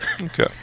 Okay